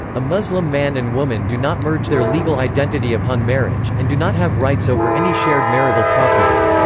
a muslim man and woman do not merge their legal identity upon marriage, and do not have rights over any shared marital property.